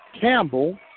Campbell